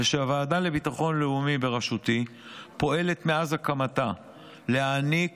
הוא שהוועדה לביטחון לאומי בראשותי פועלת מאז הקמתה להעניק